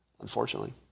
unfortunately